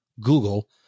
Google